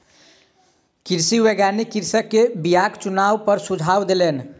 कृषि वैज्ञानिक कृषक के बीयाक चुनाव पर सुझाव देलैन